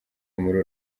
muri